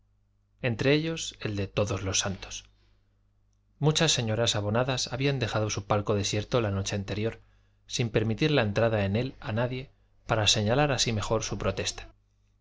entre ellos el de todos los santos muchas señoras abonadas habían dejado su palco desierto la noche anterior sin permitir la entrada en él a nadie para señalar así mejor su protesta